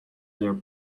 their